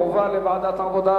לוועדת העבודה,